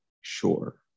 sure